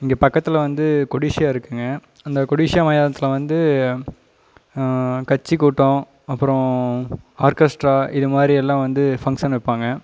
இங்கே பக்கத்தில் வந்து கொடிஸியா இருக்குங்க அந்த கொடிஸியா மைதானத்தில் வந்து கட்சிக்கூட்டம் அப்புறம் ஆர்கெஸ்ட்ரா இது மாதிரி எல்லாம் வந்து ஃபங்க்ஷன் வைப்பாங்க